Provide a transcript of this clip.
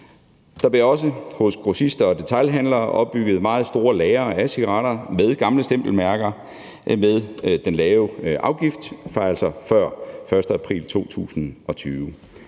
Der bliver også hos grossister og detailhandlere opbygget meget store lagre af cigaretter med gamle stempelmærker med den lave afgift fra før den 1. april 2020.